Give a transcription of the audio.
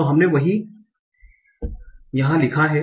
तो वही हमने यहाँ लिखा है